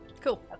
Cool